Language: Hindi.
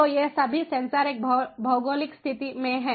तो ये सभी सेंसर एक भौगोलिक स्थिति में हैं